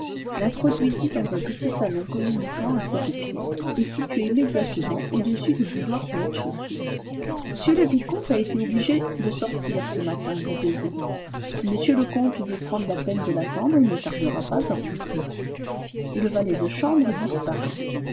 l'introduisit dans un petit salon communiquant à cette pièce et situé immédiatement au-dessus du boudoir du rez-de-chaussée m le vicomte a été obligé de sortir ce matin dit boyer si monsieur le comte veut prendre la peine de l'attendre il ne tardera pas à rentrer et le valet de chambre disparut